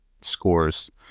scores